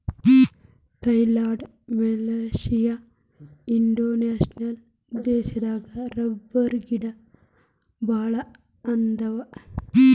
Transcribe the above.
Thailand Malaysia Indonesia ದೇಶದಾಗ ರಬ್ಬರಗಿಡಾ ಬಾಳ ಅದಾವ